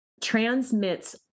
transmits